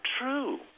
true